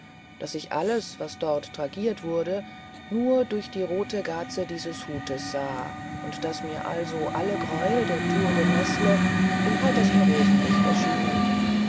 daß ich alles was dort tragiert wurde nur durch die rote gaze dieses hutes sah und daß mir also alle greuel der tour de nesle im heitersten rosenlichte erschienen